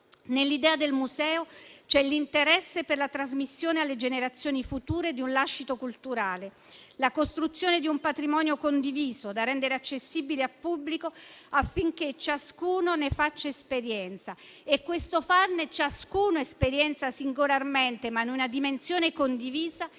Nell'idea del museo c'è l'interesse per la trasmissione alle generazioni future di un lascito culturale e la costruzione di un patrimonio condiviso da rendere accessibile al pubblico, affinché ciascuno ne faccia esperienza. Questo farne esperienza ognuno singolarmente, ma in una dimensione condivisa,